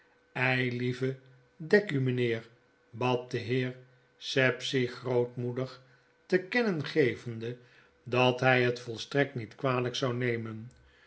eilieve dek u mynheer bad de heer sapsea grootmoedig te kennen gevende dat hy het volstrekt niet kwalyk zou nemen